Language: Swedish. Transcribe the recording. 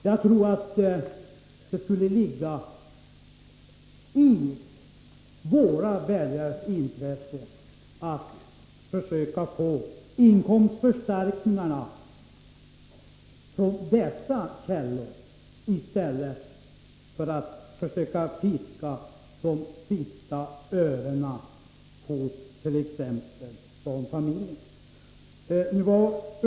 Jag tror att det skulle ligga i våra väljares intresse att inkomstförstärkningarna skulle hämtas ur dessa källor i stället för att man skulle försöka fiska de sista örena ur t.ex. barnfamiljernas fickor.